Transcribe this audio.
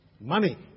money